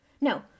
No